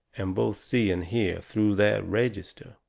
and both see and hear through that register.